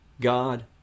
God